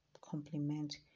complement